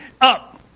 up